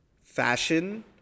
fashion